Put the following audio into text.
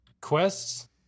quests